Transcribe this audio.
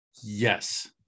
Yes